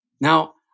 Now